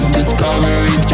Discovery